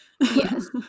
Yes